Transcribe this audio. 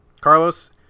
Carlos